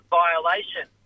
violation